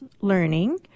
learning